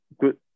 Good